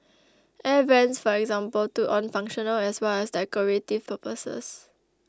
Air Vents for example took on functional as well as decorative purposes